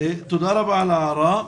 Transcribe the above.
תודה רבה על ההערה.